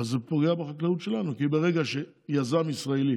אבל זה פוגע בחקלאות שלנו, כי ברגע שיזם ישראלי